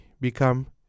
become